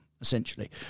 essentially